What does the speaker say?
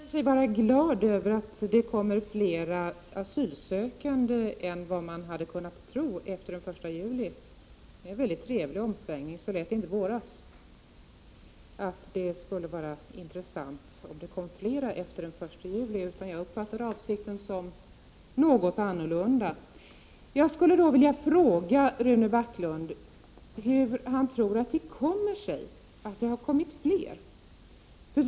Herr talman! Rune Backlund säger sig vara glad över att det kommer flera asylsökande efter den första juli än vad man hade kunnat tro. Det är en väldigt trevlig omsvängning. I våras lät det inte som att det skulle vara intressant om det kom fler efter den 1 juli, utan jag uppfattade avsikten något annorlunda. Jag skulle vilja fråga Rune Backlund hur han tror att det kommer sig att det har kommit fler.